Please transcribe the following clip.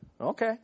Okay